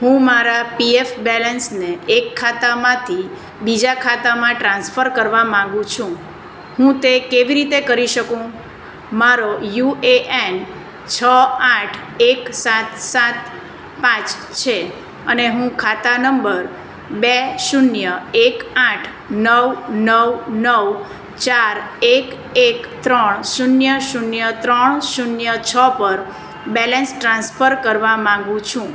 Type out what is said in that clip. હું મારા પીએફ બેલેન્સને એક ખાતામાંથી બીજા ખાતામાં ટ્રાન્સફર કરવા માંગુ છું હું તે કેવી રીતે કરી શકું મારો યુ એ એન છ આઠ એક સાત સાત પાંચ છે અને હું ખાતા નંબર બે શૂન્ય એક આઠ નવ નવ નવ ચાર એક એક ત્રણ શૂન્ય શૂન્ય ત્રણ શૂન્ય છ પર બેલેન્સ ટ્રાન્સફર કરવા માગું છું